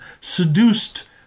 seduced